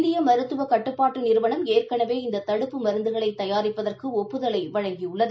இந்திய மருத்துவ கட்டுப்பாட்டு நிறுவனம் ஏற்கனவே இந்த தடுப்பு மருந்துகளை தயாரிப்பதற்கு ஒப்புதலை வழங்கியுள்ளது